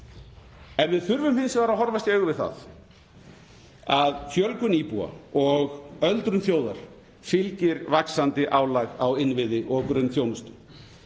en við þurfum hins vegar að horfast í augu við það að fjölgun íbúa og öldrun þjóðar fylgir vaxandi álag á innviði og grunnþjónustu.